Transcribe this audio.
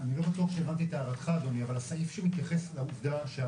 אני אגיד שהאומדן שלנו כמובן מתייחס לכל